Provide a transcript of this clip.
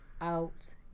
Out